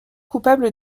coupables